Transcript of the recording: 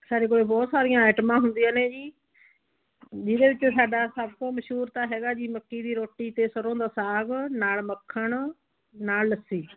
ਸਾਡੇ ਕੋਲ ਬਹੁਤ ਸਾਰੀਆਂ ਐਟਮਾਂ ਹੁੰਦੀਆਂ ਨੇ ਜੀ ਜਿਹਦੇ 'ਚ ਸਾਡਾ ਸਭ ਤੋਂ ਮਸ਼ਹੂਰ ਤਾਂ ਹੈਗਾ ਜੀ ਮੱਕੀ ਦੀ ਰੋਟੀ ਅਤੇ ਸਰੋਂ ਦਾ ਸਾਗ ਨਾਲ ਮੱਖਣ ਨਾਲ ਲੱਸੀ